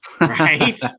Right